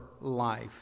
life